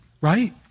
right